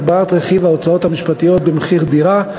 הגבלת רכיב ההוצאות המשפטיות במחיר דירה),